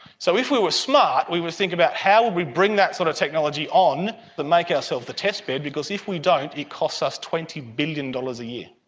so if we were smart we would think about how would we bring that sort of technology on and make ourselves the test bed, because if we don't it costs us twenty billion dollars a year.